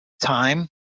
time